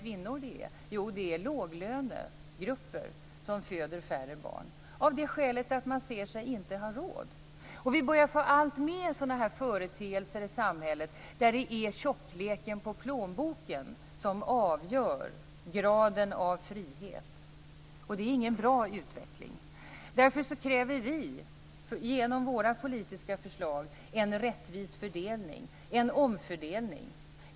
Jo, det är kvinnor i låglönegrupper, och skälet är att man anser sig inte ha råd. Vi börjar att få alltfler företeelser i samhället där det är tjockleken på plånboken som avgör graden av frihet, och det är ingen bra utveckling. Därför kräver vi i våra politiska förslag en rättvis fördelning, en omfördelning.